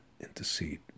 intercede